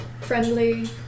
friendly